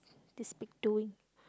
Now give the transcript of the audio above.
this pig doing